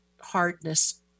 hardness